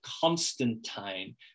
Constantine